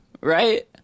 right